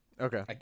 Okay